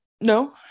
No